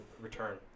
return